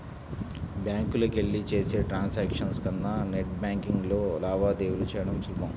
బ్యాంకులకెళ్ళి చేసే ట్రాన్సాక్షన్స్ కన్నా నెట్ బ్యేన్కింగ్లో లావాదేవీలు చెయ్యడం సులభం